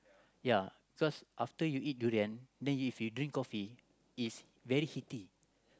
ya because after you eat durian then if you drink coffee is very heaty